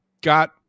got